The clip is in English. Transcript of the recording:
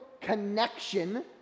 connection